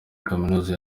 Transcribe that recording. kaminuza